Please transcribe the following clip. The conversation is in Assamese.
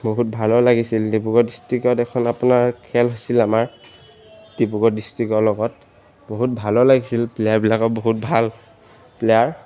বহুত ভালো লাগিছিল ডিব্ৰুগড় ডিষ্ট্ৰিকত এখন আপোনাৰ খেল হৈছিল আমাৰ ডিব্ৰুগড় ডিষ্ট্ৰিকৰ লগত বহুত ভালো লাগিছিল প্লেয়াৰবিলাকৰ বহুত ভাল প্লেয়াৰ